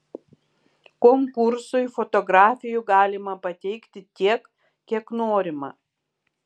konkursui fotografijų galima pateikti tiek kiek norima